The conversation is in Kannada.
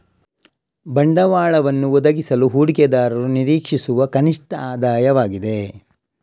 ಬಂಡವಾಳವನ್ನು ಒದಗಿಸಲು ಹೂಡಿಕೆದಾರರು ನಿರೀಕ್ಷಿಸುವ ಕನಿಷ್ಠ ಆದಾಯವಾಗಿದೆ